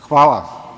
Hvala.